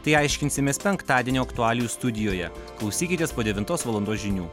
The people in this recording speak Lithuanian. tai aiškinsimės penktadienio aktualijų studijoje klausykitės po devintos valandos žinių